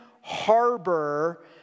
harbor